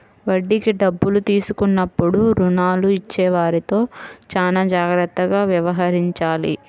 వడ్డీకి డబ్బులు తీసుకున్నప్పుడు రుణాలు ఇచ్చేవారితో చానా జాగ్రత్తగా వ్యవహరించాలి